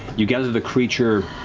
you gather the creature,